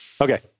Okay